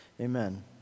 Amen